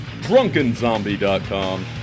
drunkenzombie.com